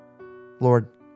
Lord